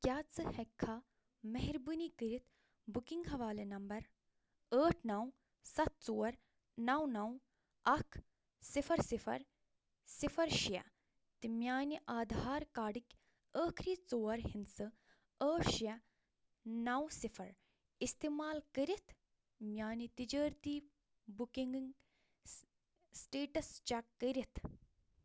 کیٛاہ ژٕ ہیٚککھا مہربٲنی کٔرتھ بُکنگ حوالہٕ نمبر سَتھ ژور نو نو اکھ صِفر صِفر صِفر شےٚ تہٕ میانہِ آدھار کارڈٕک ٲخٕری ژور ہندسہٕ ٲٹھ شتھ نو صِفر اِستعمال کٔرِتھ میٛانہِ تجارتی بُکنگک سِٹیٹس چیک کٔرِتھ